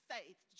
Faith